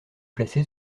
placée